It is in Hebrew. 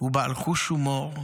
ובעל חוש הומור.